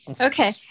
Okay